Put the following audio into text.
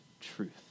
truth